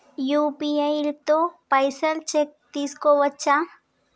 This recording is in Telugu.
యూ.పీ.ఐ తో పైసల్ చెక్ చేసుకోవచ్చా?